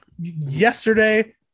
Yesterday